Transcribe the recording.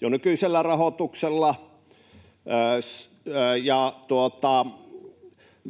jo nykyisellä rahoituksella. Ja